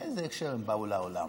באיזה הקשר הם באו לעולם,